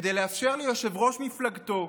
כדי לאפשר ליושב-ראש מפלגתו,